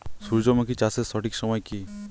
সূর্যমুখী চাষের সঠিক সময় কি?